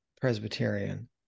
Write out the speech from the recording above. Presbyterian